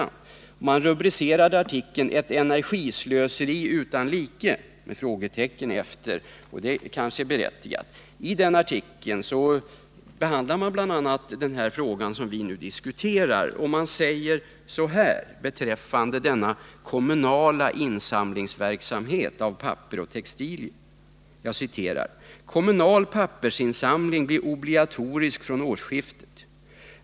Artikeln var rubricerad ”Ett energislöseri utan like?” — frågetecknet är kanske berättigat. I den artikeln sägs beträffande den kommunala verksamheten avseende insamling av papper och textilier: ”Kommunal pappersinsamling blir obligatorisk från årsskiftet.